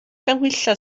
ganhwyllau